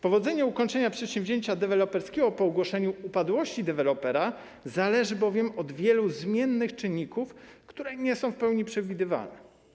Powodzenie ukończenia przedsięwzięcia deweloperskiego po ogłoszeniu upadłości dewelopera zależy bowiem od wielu zmiennych czynników, które nie są w pełni przewidywalne.